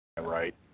Right